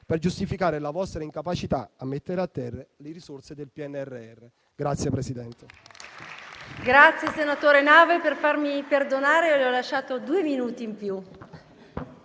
per giustificare la vostra incapacità a mettere a terra le risorse del PNRR.